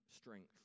strength